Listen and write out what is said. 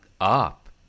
up